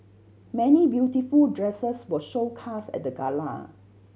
many beautiful dresses were showcased at the gala